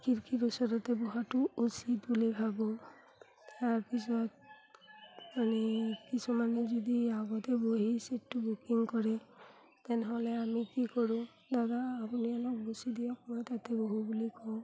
খিৰিকীৰ ওচৰতে বহাটো উচিত বুলি ভাবোঁ তাৰ পিছত মানে কিছুমানে যদি আগতে বহি ছিটটো বুকিং কৰে তেনেহ'লে আমি কি কৰোঁ দাদা আপুনি অলপ গুচি দিয়ক মই তাতে বহোঁ বুলি কওঁ